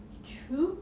true